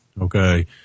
okay